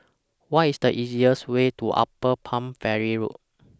What IS The easiest Way to Upper Palm Valley Road